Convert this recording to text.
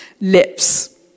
lips